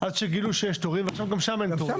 עד שגילו שיש תורים ועכשיו גם שם אין תורים.